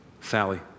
Sally